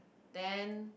then